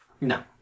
No